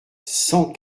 cent